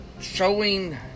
Showing